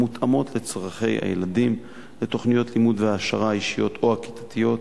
המותאמות לצורכי הילדים בתוכניות לימוד והעשרה אישיות או כיתתיות,